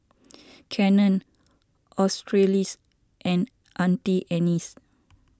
Canon Australis and Auntie Anne's